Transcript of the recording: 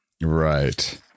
Right